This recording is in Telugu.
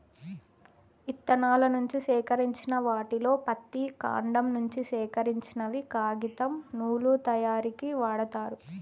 ఇత్తనాల నుంచి సేకరించిన వాటిలో పత్తి, కాండం నుంచి సేకరించినవి కాగితం, నూలు తయారీకు వాడతారు